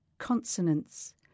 Consonants